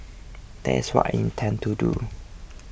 that's what I intend to do